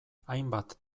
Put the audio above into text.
hainbat